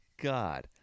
god